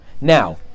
Now